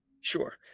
Sure